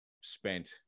spent